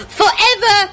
forever